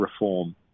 reform